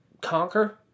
conquer